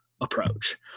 approach